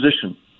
position